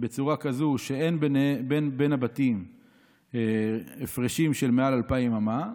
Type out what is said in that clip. בצורה כזאת שאין בין הבתים הפרשים של מעל 2,000 אמה,